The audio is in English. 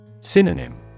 Synonym